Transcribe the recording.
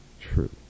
true